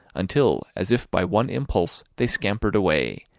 until, as if by one impulse, they scampered away,